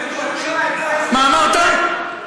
מה אמרת?